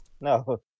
no